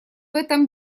этом